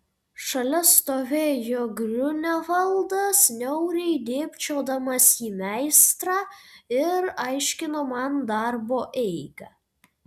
šalia stovėjo griunevaldas niauriai dėbčiodamas į meistrą ir aiškino man darbo eigą